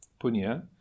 punya